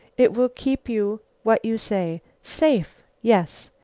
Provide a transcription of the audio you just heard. it will keep you what you say safe, yes.